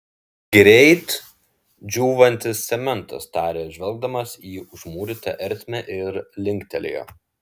greit džiūvantis cementas tarė žvelgdamas į užmūrytą ertmę ir linktelėjo